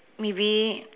maybe